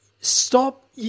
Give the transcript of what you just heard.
stop